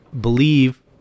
believe